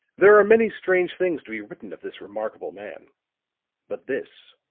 there are many strange things to be written of this remarkable man but this,